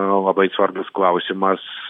labai svarbus klausimas